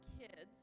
kids